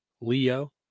Leo